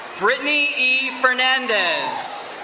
brittany e. fernandez.